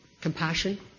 compassion